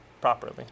properly